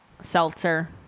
Seltzer